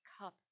cup